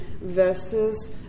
versus